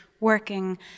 working